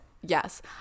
Yes